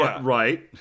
Right